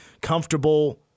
comfortable